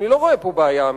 שלא כאן אני רואה את הבעיה.